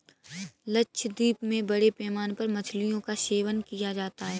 लक्षद्वीप में बड़े पैमाने पर मछलियों का सेवन किया जाता है